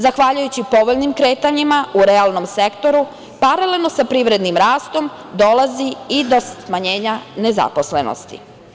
Zahvaljujući povoljnim kretanjima u realnom sektoru, paralelno sa privrednim rastom dolazi i do smanjenja nezaposlenosti.